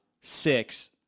six